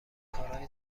کارهای